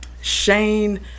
Shane